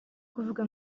kuvuga